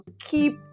keep